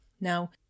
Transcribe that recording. Now